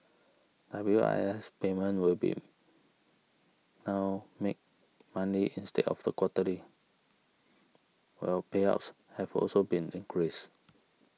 W I S payments will be now made Monday instead of the quarterly while payouts have also been increased